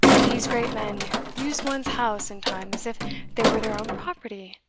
these great men use one's house and time as if they were their own property.